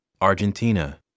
Argentina